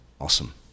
Awesome